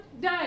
day